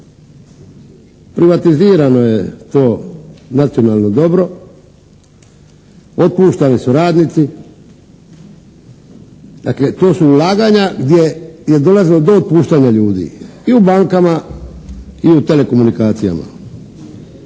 Privatizirano je to nacionalno dobro, otpuštani su radnici, dakle, to su ulaganja gdje je dolazilo do otpuštanja ljudi. I u bankama i u telekomunikacijama.